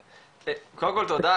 קודם כל תודה.